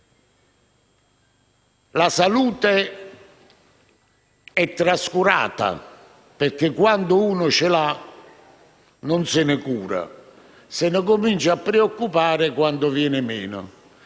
la salute è trascurata, perché quando uno ce l'ha, non se ne cura, e inizia a preoccuparsene quando viene meno.